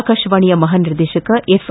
ಆಕಾಶವಾಣಿಯ ಮಹಾನಿರ್ದೇಶಕ ಎಫ್